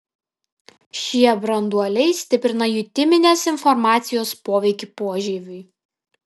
šie branduoliai stiprina jutiminės informacijos poveikį požieviui